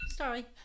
Sorry